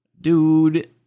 Dude